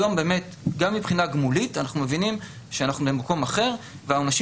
היום גם מבחינה גמולית אנחנו מבינים שאנחנו במקום אחר והעונשים